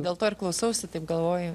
dėl to ir klausausi taip galvoju